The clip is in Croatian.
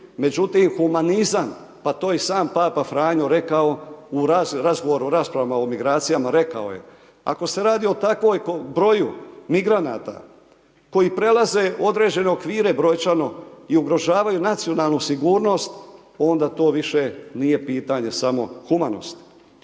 međutim, humanizam, pa to je i sam papa Franjo rekao, u razgovoru o raspravama o migracijama, rekao je, ako se radi o takvom broju migranata, koji prelaze, određene okvire, brojčano i ugrožavaju nacionalnu sigurnost, onda to više nije pitanje samo humanosti.